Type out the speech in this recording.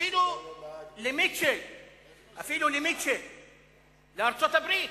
אפילו למיטשל, לארצות-הברית,